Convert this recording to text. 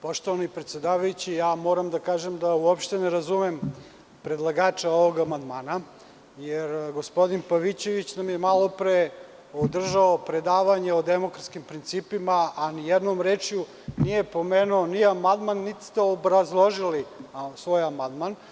Poštovani predsedavajući, moram da kažem da uopšte ne razumem predlagača ovog amandman, jer gospodin Pavićević nam je malopre održao predavanje o demokratskim principima, a ni jednom rečju nije pomenuo ni amandman, niti ste obrazložili svoj amandman.